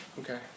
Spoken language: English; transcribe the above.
Okay